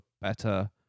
better